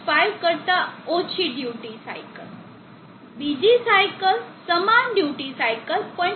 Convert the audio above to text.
5 કરતા ઓછી duty cycle બીજી સાઇકલ સમાન ડ્યુટી સાઇકલ 0